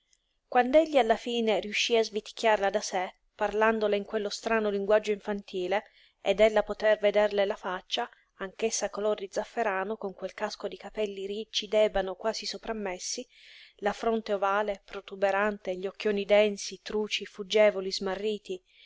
quand'egli alla fine riuscí a sviticchiarla da sé parlandole in quello strano linguaggio infantile ed ella poté vederle la faccia anch'essa color di zafferano con quel casco di capelli ricci d'ebano quasi soprammessi la fronte ovale protuberante gli occhioni densi truci fuggevoli smarriti